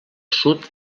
sud